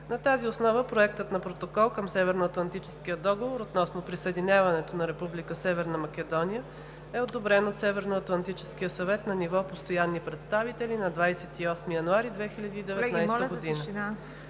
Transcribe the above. На тази основа Проектът на Протокол към Северноатлантическия договор относно присъединяването на Република Северна Македония е одобрен от Северноатлантическия съвет на ниво постоянни представители на 28 януари 2019 г.